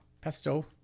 pesto